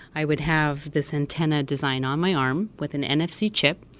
i would have this antenna design on my arm with an nfc chip.